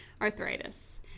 arthritis